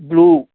blue